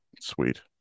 Sweet